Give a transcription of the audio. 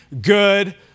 good